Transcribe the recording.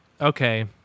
okay